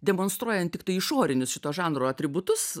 demonstruojant tiktai išorinius šito žanro atributus